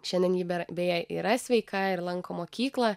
šiandien ji ber beje yra sveika ir lanko mokyklą